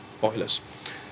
boilers